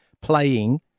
playing